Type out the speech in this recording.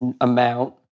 amount